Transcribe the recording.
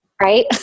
right